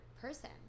person